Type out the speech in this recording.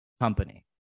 company